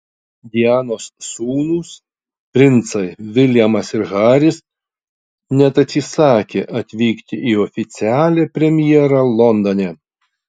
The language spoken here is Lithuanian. dianos sūnūs princai viljamas ir haris net atsisakė atvykti į oficialią premjerą londone